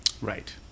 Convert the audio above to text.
Right